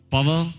Power